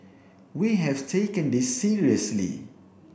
we have taken this seriously